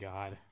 God